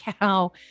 cow